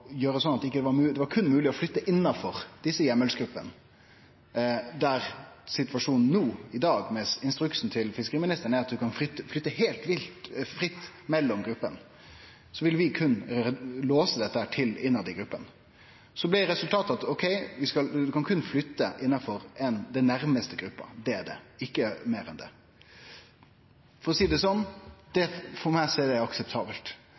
flytte innanfor desse heimelsgruppene. Der situasjonen no i dag med instruksen til fiskeriministeren er at ein kan flytte heilt fritt mellom gruppene, vil vi berre låse dette til innanfor i gruppene. Så blei resultatet at ein kan berre flytte innanfor den nærmaste gruppa – det er det, ikkje meir enn det. For å seie det sånn: For meg er det akseptabelt.